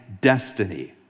destiny